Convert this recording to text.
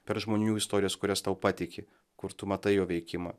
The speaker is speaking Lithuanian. per žmonių istorijas kurias tau patiki kur tu matai jo veikimą